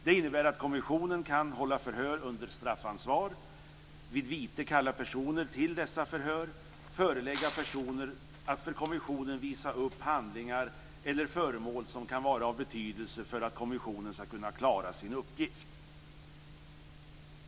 Det innebär att kommissionen kan · vid vite kalla personer till dessa förhör · förelägga personer att för kommissionen visa upp handlingar eller föremål som kan vara av betydelse för att kommissionen ska kunna klara sin uppgift.